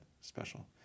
special